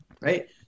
right